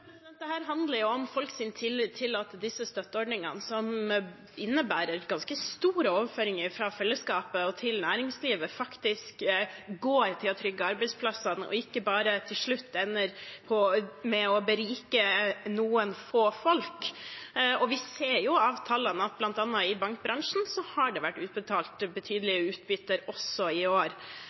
handler om folks tillit til at disse støtteordningene, som innebærer ganske store overføringer fra fellesskapet og til næringslivet, faktisk går til å trygge arbeidsplassene og ikke bare til slutt ender med å berike noen få folk. Vi ser jo av tallene at bl.a. i bankbransjen har det vært utbetalt betydelige utbytter også i år.